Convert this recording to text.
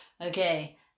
okay